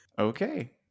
Okay